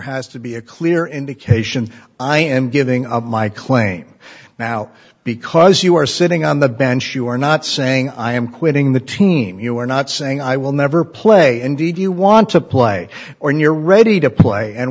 has to be a clear indication i am giving up my claim now because you are sitting on the bench you are not saying i am quitting the team you are not saying i will never play indeed you want to play or near ready to play and